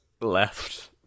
left